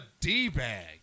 D-bag